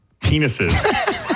penises